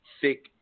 thick